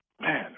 Man